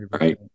Right